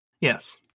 Yes